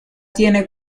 tiene